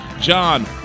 John